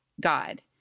God